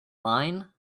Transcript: line